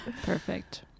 Perfect